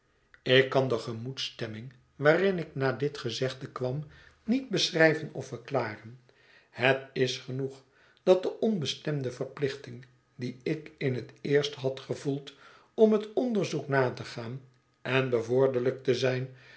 ik kan de gemoedsstemming waarin ik na dit gezegde kwam niet beschrijven of verklaren het is genoeg dat de onbestemde verplichting die ik in het eerst had gevoeld om het onderzoek na te gaan en bevorderlijk te zijn